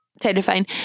terrifying